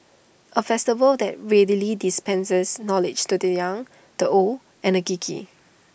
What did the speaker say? A festival that readily dispenses knowledge to the young the old and the geeky